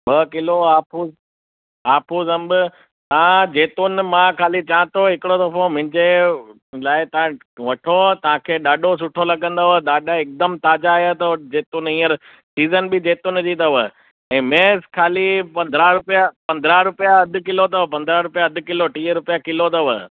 ॿ किलो हापुस हापुस अंब हा जैतुन मां खाली चवां थो हिकिड़ो दफ़ो मुंहिंजे लाइ तव्हां वठो तव्हांखे ॾाढो सुठो लॻंदव ॾाढा हिकदमु ताज़ा आहिया अथव जैतुन हींअर सीज़न बि जैतुन जी अथव ऐं महज़ खाली पंद्रहं रुपिया पंद्रहं रुपिया अधु किलो अथव पंद्रहं रुपिया अधु किलो टीह रुपिया किलो अथव